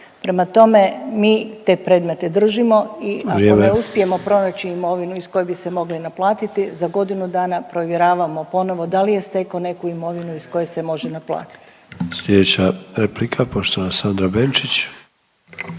prema tome, mi te predmete držimo i ako ne uspijemo … .../Upadica: Vrijeme./... … pronaći imovinu iz koje bi se mogli naplatiti, za godinu dana provjeravamo ponovno da li je stekao neku imovinu iz kojeg se može naplatiti.